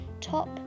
top